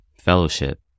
fellowship